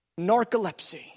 narcolepsy